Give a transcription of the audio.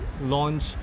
launch